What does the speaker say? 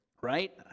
right